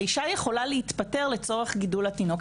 הרי אישה יכולה להתפטר לצורך גידול התינוק.